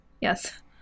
Yes